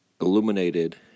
illuminated